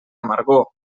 amargor